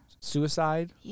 suicide